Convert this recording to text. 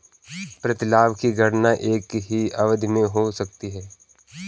प्रतिलाभ की गणना एक ही अवधि में हो सकती है